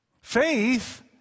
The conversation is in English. Faith